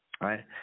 right